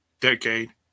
decade